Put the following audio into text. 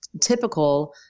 typical